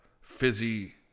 fizzy